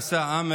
את מה שעשה עאמר,